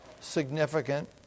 significant